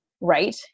right